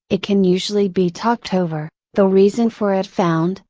it can usually be talked over, the reason for it found,